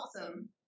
awesome